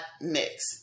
mix